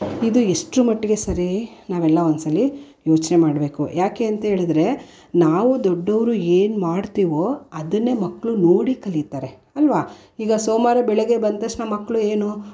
ಇದು ಎಷ್ಟರ ಮಟ್ಟಿಗೆ ಸರಿ ನಾವೆಲ್ಲ ಒಂದುಸಲ ಯೋಚನೆ ಮಾಡಬೇಕು ಯಾಕೆ ಅಂತ್ಹೇಳಿದ್ರೆ ನಾವು ದೊಡ್ಡವ್ರು ಏನು ಮಾಡ್ತೀವೋ ಅದನ್ನೆ ಮಕ್ಕಳು ನೋಡಿ ಕಲಿತಾರೆ ಅಲ್ಲವಾ ಈಗ ಸೋಮವಾರ ಬೆಳಗ್ಗೆ ಬಂದ ತಕ್ಷಣ ಮಕ್ಕಳು ಏನು